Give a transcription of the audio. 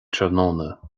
tráthnóna